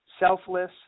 Selfless